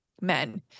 men